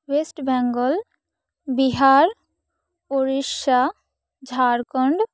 West Bengal Bihar Odisha Jharkhand